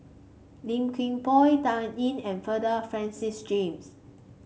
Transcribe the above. Low Kim Pong Dan Ying and Bernard Francis James